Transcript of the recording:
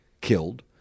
killed